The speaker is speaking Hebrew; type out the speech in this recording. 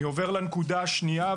אני עובר לנקודה השנייה,